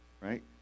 right